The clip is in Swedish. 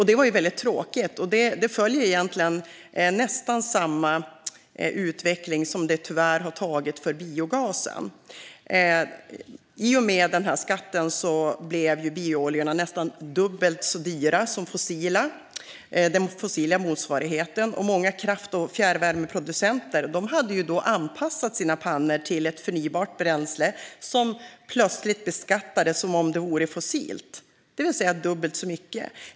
Det var väldigt tråkigt, och det följer egentligen nästan samma utveckling som tyvärr skett för biogasen. I och med den här skatten blev biooljorna nästan dubbelt så dyra som den fossila motsvarigheten. Många kraft och fjärrvärmeproducenter hade anpassat sina pannor till ett förnybart bränsle som plötsligt beskattades som om det vore fossilt, det vill säga dubbelt så mycket.